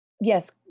Yes